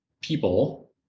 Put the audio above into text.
people